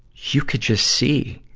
you could just see,